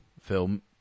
film